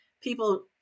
people